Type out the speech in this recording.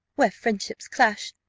where friendships clash,